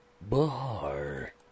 Bahar